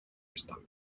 estable